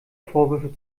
vorwürfe